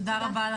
תודה רבה.